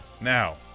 Now